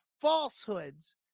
falsehoods